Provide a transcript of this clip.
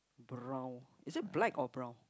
brown is it black or brown